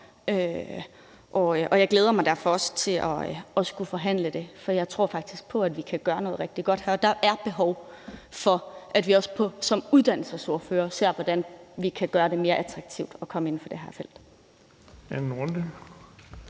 jeg glæder mig derfor også til at skulle forhandle det, for jeg tror faktisk på, at vi kan gøre noget rigtig godt her. Og der er behov for, at vi også som uddannelsesordførere ser på, hvordan vi kan gøre det mere attraktivt at komme ind at arbejde inden for det